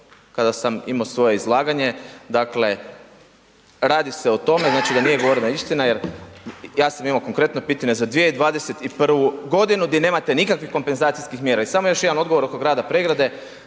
kada sam imao svoje izlaganje, dakle radi se o tome znači da nije govorena istina jer ja sam imao konkretno pitanje za 2021.g. gdje nemate nikakvih kompenzacijskih mjera i samo još jedan odgovor oko grada Pregrade,